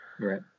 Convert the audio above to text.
Right